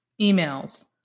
emails